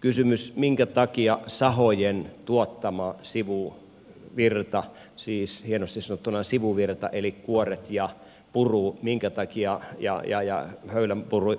kysymys siitä minkä takia sahojen tuottama sivuvirta siis hienosti sanottuna sivuvirta eli kuoret ja höylän puru